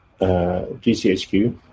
GCHQ